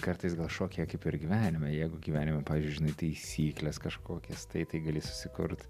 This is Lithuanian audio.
kartais gal šokyje kaip ir gyvenime jeigu gyvenime pavyzdžiui žinai taisykles kažkokias tai tai gali susikurt